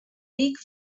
big